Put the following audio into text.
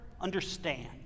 understand